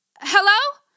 Hello